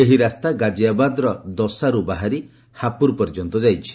ଏହି ରାସ୍ତା ଗାଜିଆବାଦର ଦସାରୁ ବାହାରି ହାପୁର ପର୍ଯ୍ୟନ୍ତ ଯାଇଛି